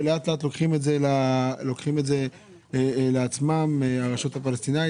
ולאט לאט הם לוקחים את זה לעצמם ברשות הפלסטינית.